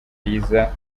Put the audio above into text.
riza